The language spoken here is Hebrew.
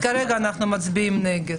אז כרגע אנחנו מצביעים נגד.